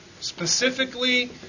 specifically